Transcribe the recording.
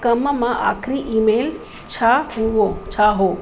कम मां आख़िरी ईमेल छा हुओ छा हो